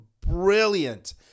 Brilliant